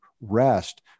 rest